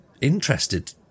interested